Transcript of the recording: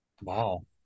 Wow